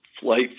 flight